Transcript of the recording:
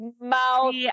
mouth